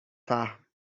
فهم